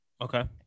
okay